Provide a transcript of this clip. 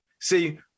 See